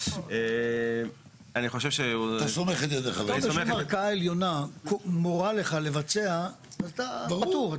אתה אומר שערכאה עליונה מורה לך לבצע, אתה פטור.